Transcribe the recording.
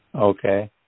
Okay